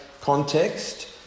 context